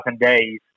days